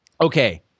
Okay